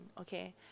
okay